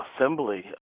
assembly